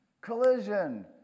collision